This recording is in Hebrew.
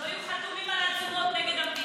שלא יהיו חתומים על עצומות נגד המדינה.